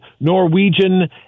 Norwegian